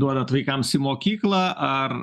duodat vaikams į mokyklą ar